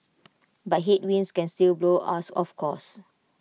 but headwinds can still blow us off course